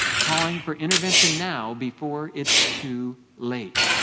calling for intervention now before it's too late.